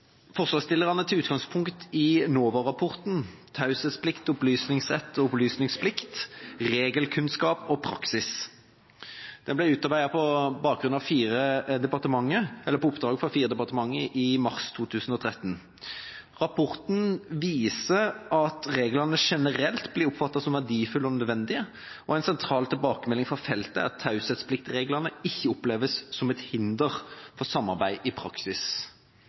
Forslagsstillerne tar utgangspunkt i NOVA-rapporten «Taushetsplikt, opplysningsrett og opplysningsplikt. Regelkunnskap og praksis». Den ble utarbeidet på oppdrag fra fire departementer i mars 2013. Rapporten viser at taushetspliktreglene generelt blir oppfattet som verdifulle og nødvendige. En sentral tilbakemelding fra feltet er at de ikke oppleves som et hinder for samarbeid i praksis.